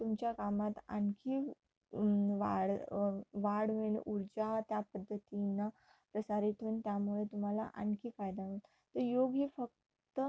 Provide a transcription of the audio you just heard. तुमच्या कामात आणखी वाढ वाढ होईल ऊर्जा त्या पद्धतीनं प्रसारित होऊन त्यामुळे तुम्हाला आणखी फायदा होईल तर योग हे फक्त